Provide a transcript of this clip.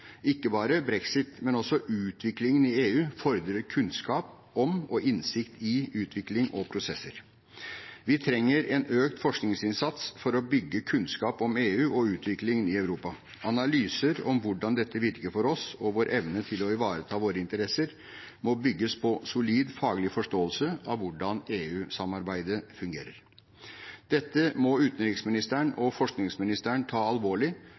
Ikke bare brexit, men også utviklingen i EU fordrer kunnskap om og innsikt i utvikling og prosesser. Vi trenger en økt forskningsinnsats for å bygge kunnskap om EU og utviklingen i Europa. Analyser av hvordan dette virker for oss, og vår evne til å ivareta våre interesser må bygges på solid faglig forståelse av hvordan EU-samarbeidet fungerer. Dette må utenriksministeren og forskningsministeren ta alvorlig